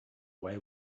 away